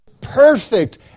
perfect